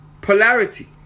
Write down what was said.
polarity